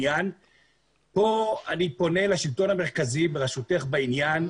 כאן אני פונה לשלטון המרכזי בראשותך בעניין,